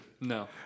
No